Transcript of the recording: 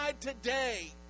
today